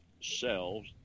cells